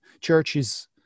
churches